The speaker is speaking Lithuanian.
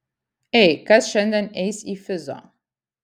ei kas šiandien eis į fizo